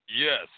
Yes